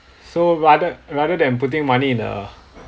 so rather rather than putting money in a